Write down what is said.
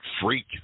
freak